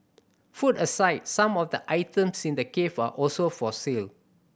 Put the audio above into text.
food aside some of the items in the cafe are also for sale